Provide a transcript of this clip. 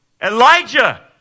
Elijah